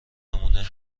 نمونهمن